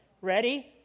Ready